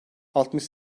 altmış